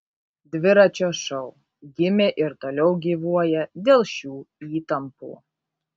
dviračio šou gimė ir toliau gyvuoja dėl šių įtampų